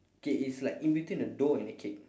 okay it's like in between a dough and a cake